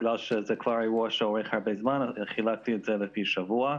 בגלל שזה אירוע שכבר אורך הרבה זמן חילקתי את זה לפי שבוע.